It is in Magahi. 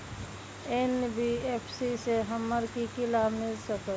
एन.बी.एफ.सी से हमार की की लाभ मिल सक?